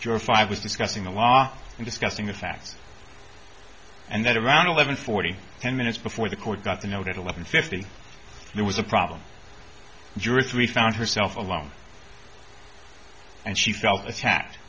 forty five was discussing the law and discussing the facts and that around eleven forty one minutes before the court got the note at eleven fifty there was a problem jurors we found herself alone and she felt attacked